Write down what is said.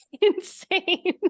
insane